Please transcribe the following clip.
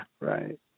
Right